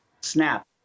Snap